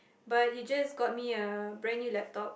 but he just got me a brand new laptop